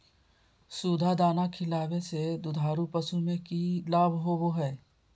सुधा दाना खिलावे से दुधारू पशु में कि लाभ होबो हय?